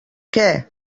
què